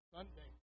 Sunday